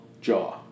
jaw